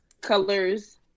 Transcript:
colors